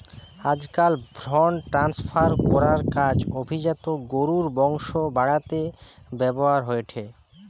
আজকাল ভ্রুন ট্রান্সফার করার কাজ অভিজাত গরুর বংশ বাড়াতে ব্যাভার হয়ঠে